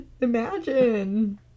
Imagine